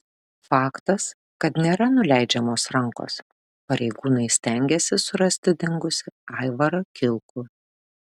faktas kad nėra nuleidžiamos rankos pareigūnai stengiasi surasti dingusį aivarą kilkų